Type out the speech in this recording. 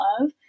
love